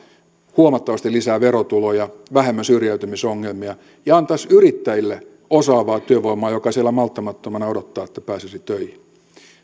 huomattavasti lisää verotuloja vähemmän syrjäytymisongelmia ja antaisi yrittäjille osaavaa työvoimaa joka siellä malttamattomana odottaa että pääsisi töihin